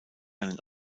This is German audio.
einen